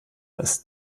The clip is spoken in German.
ist